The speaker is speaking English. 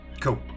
Cool